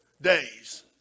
days